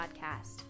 Podcast